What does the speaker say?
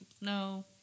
no